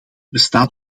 bestaat